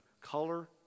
color